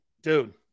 Dude